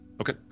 Okay